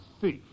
thief